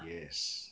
yes